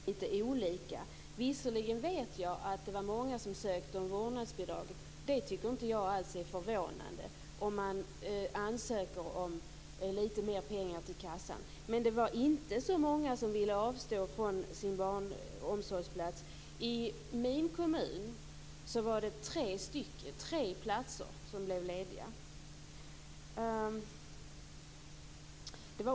Herr talman! Jag tror att vi minns litet olika. Visserligen vet jag att det var många som ansökte om vårdnadsbidraget. Jag tycker inte alls att det är förvånande om man ansöker om litet mer pengar till kassan. Men det var inte så många som ville avstå från sin barnomsorgsplats. I min kommun var det tre platser som blev lediga.